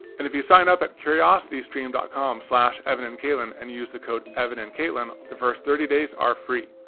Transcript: and if you sign up at curiositystream dot com slash evanandkaten and use the code evanandkatelyn, the first thirty days are free.